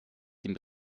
dem